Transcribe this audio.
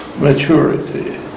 maturity